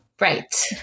right